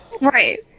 Right